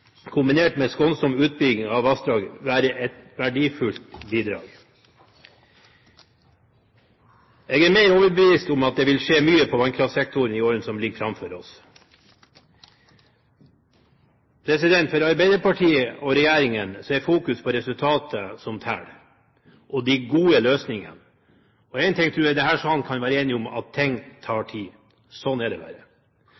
kombinert med skånsom utbygging av vassdrag, være et verdifullt bidrag. Jeg er overbevist om at det vil skje mye på vannkraftsektoren i årene som ligger framfor oss. For Arbeiderpartiet og regjeringen er det resultatene som teller, og de gode løsningene. Én ting tror jeg denne salen kan være enig om, og det er at ting tar